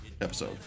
episode